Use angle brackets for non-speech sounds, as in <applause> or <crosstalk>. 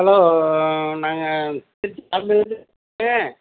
hello நாங்கள் திருச்சி <unintelligible>